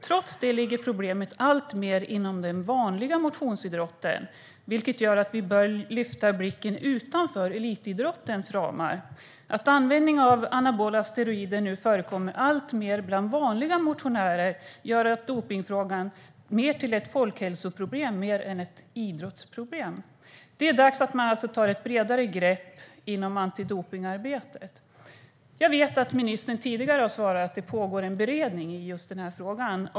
Trots det förekommer problemet alltmer inom den vanliga motionsidrotten, vilket gör att vi bör lyfta blicken utanför elitidrottens ramar. Användning av anabola steroider förekommer nu alltmer bland vanliga motionärer, och det gör dopningsfrågan mer till ett folkhälsoproblem än ett idrottsproblem. Det är dags att man tar ett bredare grepp inom antidopningsarbetet. Jag vet att ministern tidigare har svarat att det pågår en beredning i den här frågan.